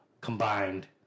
combined